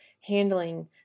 handling